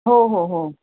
हो हो हो